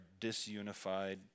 disunified